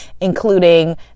including